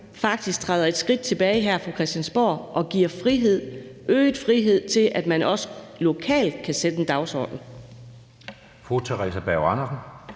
faktisk træder et skridt tilbage her på Christiansborg og giver øget frihed til, at man også lokalt kan sætte en dagsorden.